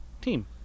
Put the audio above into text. team